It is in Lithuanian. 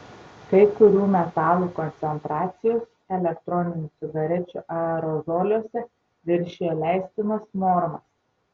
kai kurių metalų koncentracijos elektroninių cigarečių aerozoliuose viršijo leistinas normas